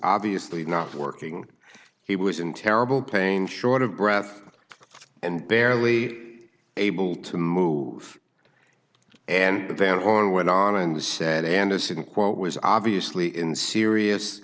obviously not working he was in terrible pain short of breath and barely able to move and the fan on went on in the said anderson quote was obviously in serious